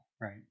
right